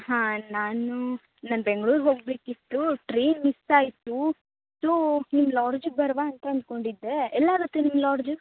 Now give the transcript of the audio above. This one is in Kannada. ಹಾಂ ನಾನು ನಾನು ಬೆಂಗ್ಳೂರ್ಗೆ ಹೋಗಬೇಕಿತ್ತು ಟ್ರೈನ್ ಮಿಸ್ ಆಯಿತು ಸೋ ನಿಮ್ಮ ಲಾಡ್ಜಿಗೆ ಬರುವ ಅಂತ ಅಂದ್ಕೊಂಡಿದ್ದೆ ಎಲ್ಲಾಗುತ್ತೆ ನಿಮ್ಮ ಲಾಡ್ಜು